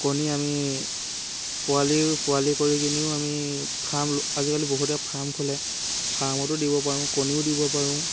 কণী আমি পোৱালি পোৱালি কৰি কিনিও আমি ফাৰ্ম আজিকালি বহুতে ফাৰ্ম খোলে ফাৰ্মতো দিব পাৰোঁ কণীও দিব পাৰোঁ